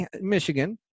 Michigan